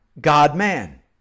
God-man